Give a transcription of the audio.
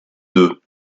deux